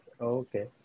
Okay